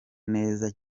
neza